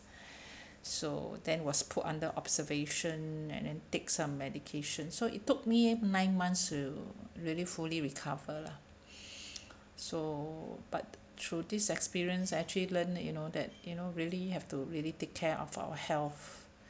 so then was put under observation and then take some medication so it took me nine months to really fully recovered lah so but through this experience actually learn you know that you know really have to really take care of our health